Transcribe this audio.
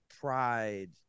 pride